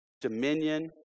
dominion